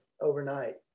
overnight